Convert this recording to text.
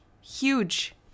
Huge